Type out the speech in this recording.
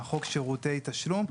בחוק שירותי התשלום.